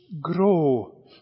grow